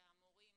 והמורים